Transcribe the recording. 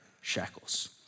shackles